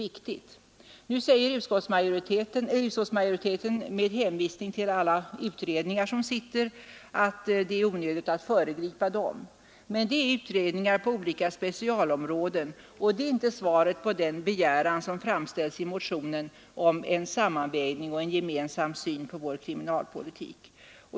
Utskottsmajoriteten hänvisar till alla utredningar som arbetar inom olika delområden och säger att det är onödigt att föregripa deras resultat. Men det är utredningar på olika specialområden, och det är inget svar på begäran i motionen om en sammanvägning och en gemensam syn på vår kriminalpolitik.